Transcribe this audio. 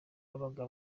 babaga